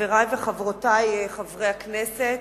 חברי וחברותי חברי הכנסת,